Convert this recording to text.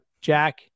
Jack